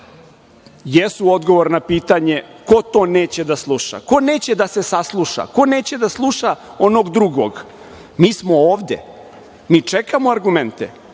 jesu odgovor na pitanje – ko to neće da sluša? Ko neće da se sasluša, ko neće da sluša onog drugog. Mi smo ovde. Mi čekamo argumente.